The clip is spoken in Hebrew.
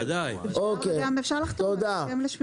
תודה.